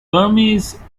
burmese